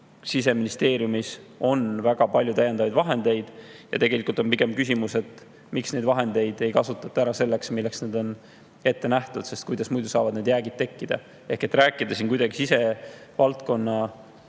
Siseministeeriumis on väga palju täiendavaid vahendeid ja tegelikult on pigem küsimus, miks neid vahendeid ei kasutata ära selleks, milleks nad on ette nähtud. Kuidas muidu saavad jäägid tekkida? Rääkida siin siseturvalisuse valdkonna